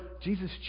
Jesus